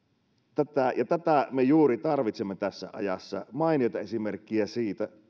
tätä me juuri tarvitsemme tässä ajassa mainioita esimerkkejä siitä